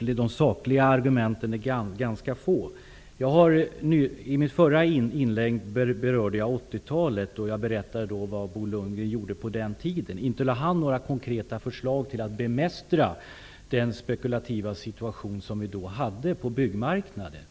de sakliga argumenten är ganska få. I mitt förra inlägg berörde jag 80-talet. Jag berättade vad Bo Lundgren gjorde på den tiden. Han lade inte fram några konkreta förslag för att bemästra den spekulativa situation som då fanns på byggmarknaden.